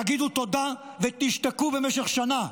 תגידו תודה ושתקו במשך שנה.